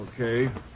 Okay